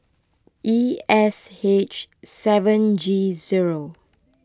E S H seven G zero